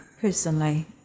personally